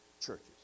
churches